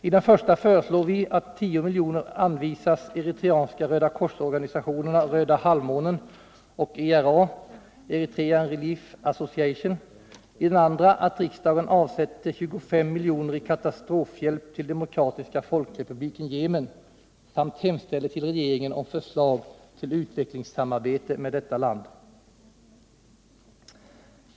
I den första föreslår vi att tio miljoner anvisas till de eritreanska Röda korsorganisationerna Röda halvmånen och ERA, Eritrean Relief Association, i den andra att riksdagen avsätter 25 miljoner i katastrofhjälp till Demokratiska folkrepubliken Yemen samt hos regeringen hemställer om förslag till utvecklingssamarbete med detta land.